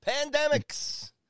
pandemics